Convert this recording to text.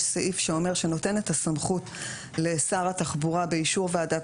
יש סעיף שנותן את הסמכות לשר התחבורה באישור ועדת